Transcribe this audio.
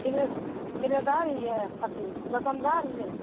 किरे किरेदार हियै अथि दोकनदार हियै